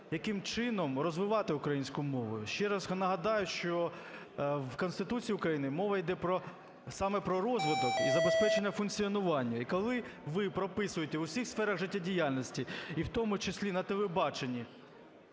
яким чином розвивати українську мову. Ще раз нагадаю, що в Конституції України мова йде про, саме про розвиток і забезпечення функціонування. І коли ви прописуєте в усіх сферах життєдіяльності, і в тому числі на телебаченні,